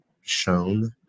shown